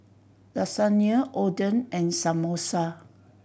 Lasagna Oden and Samosa